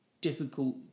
difficult